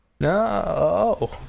No